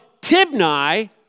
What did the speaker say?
Tibni